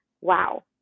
wow